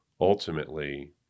ultimately